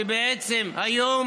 כשבעצם היום